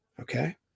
Okay